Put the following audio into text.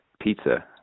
pizza